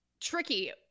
tricky